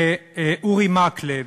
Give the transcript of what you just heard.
ואורי מקלב,